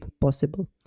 possible